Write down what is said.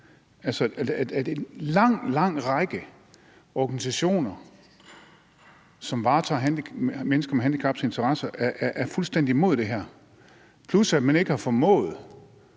altså en lang række af organisationer, som varetager mennesker med handicaps interesser, er fuldstændig imod det her, plus at man ikke har formået